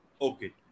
Okay